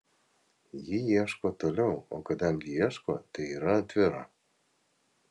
ji ieško toliau o kadangi ieško tai yra atvira